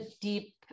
deep